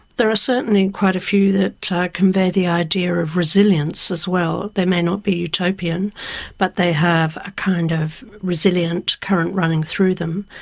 there are certainly quite a few that convey the idea of resilience as well. they may not be utopian but they have a kind of resilient current running through them.